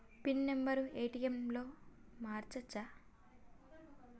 Pin number ATM లో మార్చచ్చా?